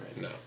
No